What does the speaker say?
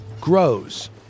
grows